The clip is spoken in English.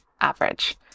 average